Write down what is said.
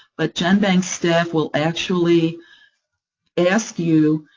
but genbank staff will actually ask you,